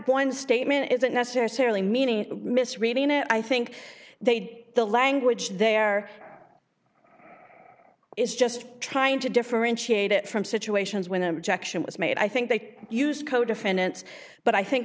point statement isn't necessarily meaning misreading it i think they did the language there it's just trying to differentiate it from situations when an objection was made i think they used co defendants but i think